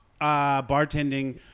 bartending